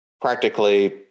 practically